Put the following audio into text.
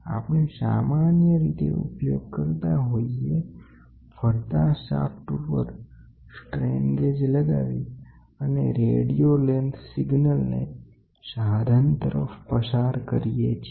આપણે સામાન્ય રીતે ઉપયોગ કરતા હોઈએફરતા સાફ્ટ ઉપર સ્ટ્રેન ગેજ લગાવી અને રેડિયો લેન્થ સિગ્નલને સાધન તરફ પસાર કરીએ છીએ